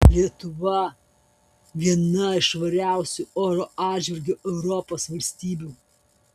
lietuva viena iš švariausių oro atžvilgiu europos valstybių